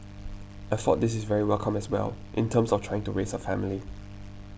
I thought this is very welcome as well in terms of trying to raise a family